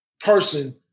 Person